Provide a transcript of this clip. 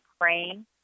praying